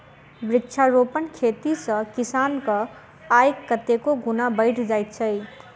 वृक्षारोपण खेती सॅ किसानक आय कतेको गुणा बढ़ि जाइत छै